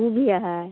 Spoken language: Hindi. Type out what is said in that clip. ऊ भी है